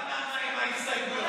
הפונץ'-בננה עם ההסתייגויות.